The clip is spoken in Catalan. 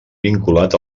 vinculat